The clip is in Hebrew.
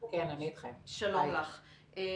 שלום לך,